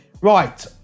Right